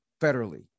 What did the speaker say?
federally